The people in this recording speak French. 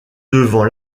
devant